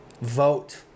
Vote